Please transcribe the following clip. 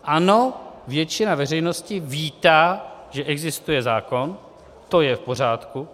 Ano, většina veřejnosti vítá, že existuje zákon, to je v pořádku.